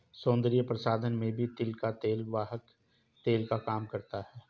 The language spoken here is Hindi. सौन्दर्य प्रसाधन में भी तिल का तेल वाहक तेल का काम करता है